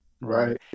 right